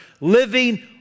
living